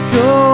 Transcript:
go